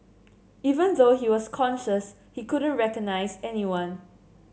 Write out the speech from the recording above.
even though he was conscious he couldn't recognise anyone